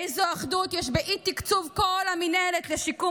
איזו אחדות יש באי-תקצוב כל המינהלת לשיקום